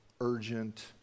urgent